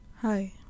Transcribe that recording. hi